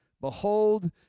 Behold